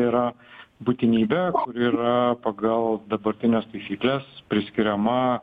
yra būtinybė ir pagal dabartines taisykles priskiriama